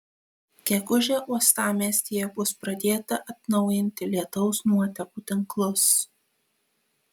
gegužę uostamiestyje bus pradėta atnaujinti lietaus nuotekų tinklus